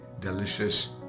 delicious